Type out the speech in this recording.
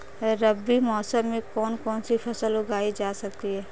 रबी मौसम में कौन कौनसी फसल उगाई जा सकती है?